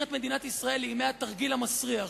את מדינת ישראל לימי "התרגיל המסריח".